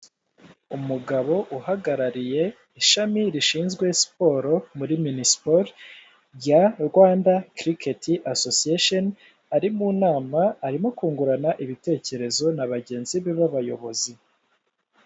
Umugabo uhagarariye ishami rishinzwe Siporo muri MINISPORT ya Rwanda Cricket Association ari mu nama arimo kungurana ibitekerezo n'abagenzi be b'abayobozi.